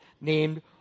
named